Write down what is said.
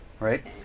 Right